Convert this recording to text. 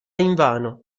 invano